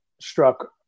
struck